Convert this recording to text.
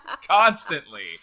constantly